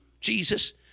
Jesus